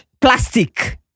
Plastic